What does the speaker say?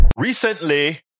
Recently